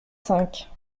cinq